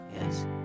Yes